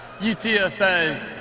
UTSA